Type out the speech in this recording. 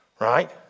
right